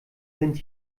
sind